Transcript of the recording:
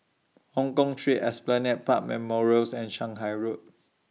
Hongkong Street Esplanade Park Memorials and Shanghai Road